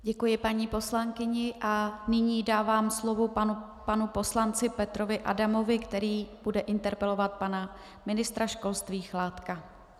Děkuji paní poslankyni a nyní dávám slovo panu poslanci Petrovi Adamovi, který bude interpelovat pana ministra školství Chládka.